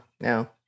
no